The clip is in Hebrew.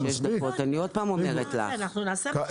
אני שוב אומרת שזה לא יכול להיות שש דקות.